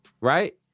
Right